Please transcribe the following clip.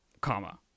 comma